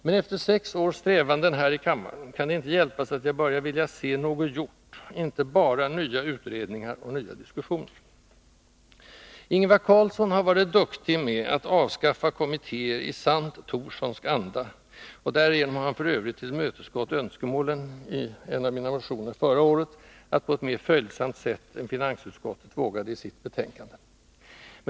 Men efter sex års strävanden här i kammaren kan det inte hjälpas att jag börjar vilja se något gjort — inte bara nya utredningar och nya diskussioner. Ingvar Carlsson har varit duktig med att avskaffa kommittéer i sant Thorsonsk anda — därigenom har han f. ö. tillmötesgått önskemålen i en av mina motioner förra året på ett mera följsamt sätt än finansutskottet vågade i sitt betänkande 1981/82:20.